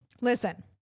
Listen